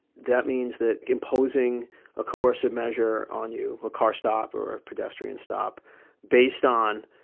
that means that imposing a coercive measure on you, a car stop or pedestrian stop based on,